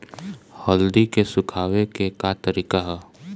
हल्दी के सुखावे के का तरीका ह?